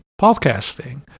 podcasting